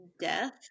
death